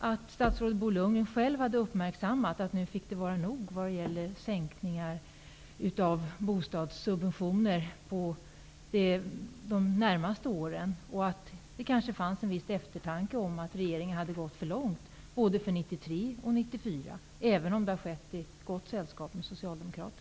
att statsrådet Bo Lundgren hade kommit fram till att det nu får vara nog med sänkningar av bostadssubventioner under de närmaste åren, och att det kanske fanns en viss insikt om att regeringen hade gått för långt både för 1993 och för 1994, även om det har skett i gott sällskap med Socialdemokraterna.